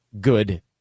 good